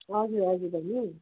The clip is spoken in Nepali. हजुर हजुर बहिनी